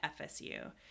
fsu